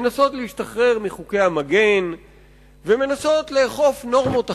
מנסות להשתחרר מחוקי המגן ומנסות לאכוף נורמות אחרות,